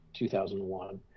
2001